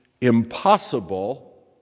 impossible